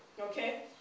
okay